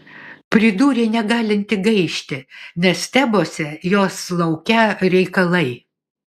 pridūrė negalinti gaišti nes tebuose jos laukią reikalai